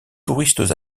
touristes